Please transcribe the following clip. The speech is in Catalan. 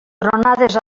tronades